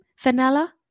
Vanilla